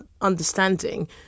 understanding